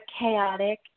chaotic